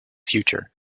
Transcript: future